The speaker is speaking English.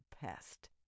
pest